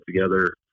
together